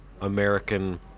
American